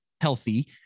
healthy